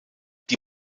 die